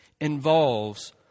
involves